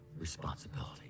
responsibility